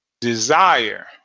desire